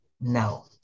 no